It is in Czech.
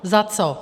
Za co?